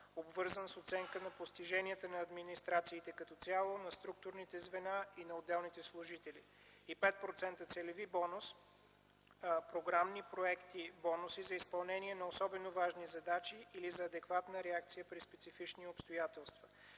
обвързан с оценка на постиженията на администрациите като цяло, на структурните звена и на отделните служители и 5% целеви бонус – програмни, проектни бонуси за изпълнение на особено важни задачи или за адекватна реакция при специфични обстоятелства.